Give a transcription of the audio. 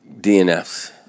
DNFs